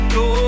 go